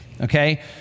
okay